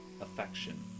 affection